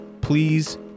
please